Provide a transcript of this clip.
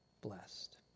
blessed